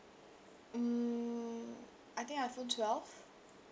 mm I think iphone twelve